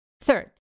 Third